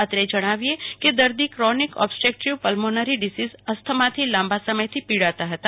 અત્રે જણાવીએ કે દર્દી ક્રોનિક ઓબ્સ્ટ્રકટીવ પલ્મોનરી ડિસીઝ અસ્થમાથી લાંબા સમયથી પીડાતા હતા